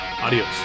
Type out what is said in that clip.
Adios